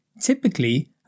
typically